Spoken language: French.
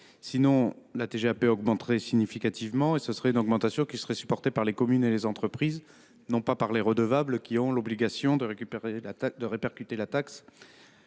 défaut, la TGAP augmenterait significativement et cette augmentation serait supportée par les communes et les entreprises plutôt que par les redevables, qui ont l’obligation de répercuter la taxe